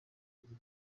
kuzuza